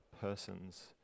person's